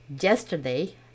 yesterday